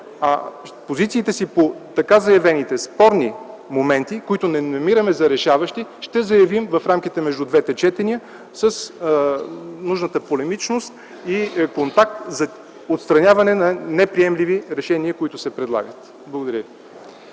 а позициите си по така заявените спорни моменти, които не намираме за решаващи, ще заявим в рамките между двете четения с нужната полемичност и контакт за отстраняване на неприемливи решения, които се предлагат. Благодаря ви.